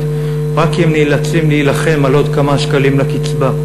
רק כי הם נאלצים להילחם על עוד כמה שקלים לקצבה.